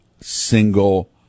single